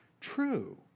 true